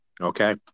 okay